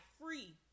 free